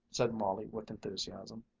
said molly with enthusiasm.